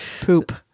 Poop